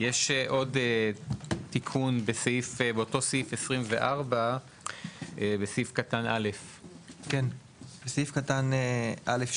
יש לנו עוד תיקון באותו סעיף 24. בסעיף קטן (א).